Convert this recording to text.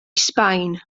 sbaen